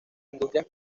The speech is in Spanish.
industrias